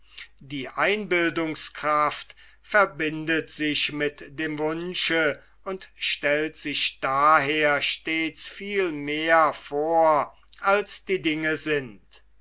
die einbildungskraft verbindet sich mit dem wunsche und stellt sich daher stets viel mehr vor als die dinge sind